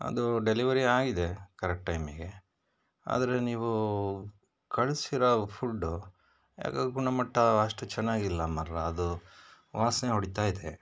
ಅದು ಡೆಲಿವರಿ ಆಗಿದೆ ಕರೆಕ್ಟ್ ಟೈಮಿಗೆ ಆದರೆ ನೀವು ಕಳಿಸಿರೋ ಫುಡ್ಡು ಯಾಕೊ ಗುಣಮಟ್ಟ ಅಷ್ಟು ಚೆನ್ನಾಗಿ ಇಲ್ಲ ಮಾರೆ ಅದು ವಾಸನೆ ಹೊಡಿತಾ ಇದೆ